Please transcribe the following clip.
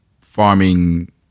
farming